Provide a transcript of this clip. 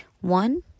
One